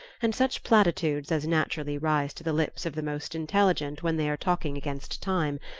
and such platitudes as naturally rise to the lips of the most intelligent when they are talking against time,